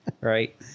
Right